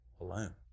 alone